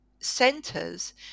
centres